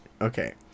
Okay